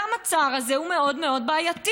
גם הצר הזה הוא מאוד מאוד בעייתי.